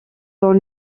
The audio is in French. dans